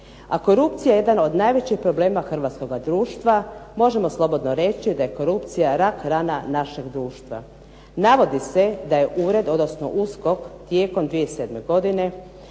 a korupcija je jedan od najvećih problema hrvatskoga društva. Možemo slobodno reći da je korupcija rak rana našeg društva. Navodi se da je ured odnosno USKOK tijekom 2007. godine